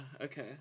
Okay